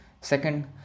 second